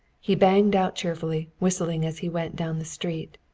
he banged out cheerfully, whistling as he went down the street.